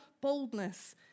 boldness